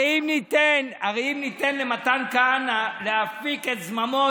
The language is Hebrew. הרי אם ניתן למתן כהנא להפיק את זממו,